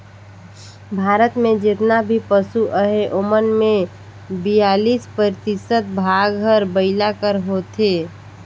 भारत में जेतना भी पसु अहें ओमन में बियालीस परतिसत भाग हर बइला कर होथे